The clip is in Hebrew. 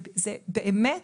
זה באמת